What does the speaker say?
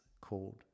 called